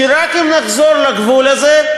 שאם רק נחזור לגבול הזה,